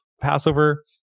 Passover